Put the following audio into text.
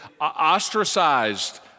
ostracized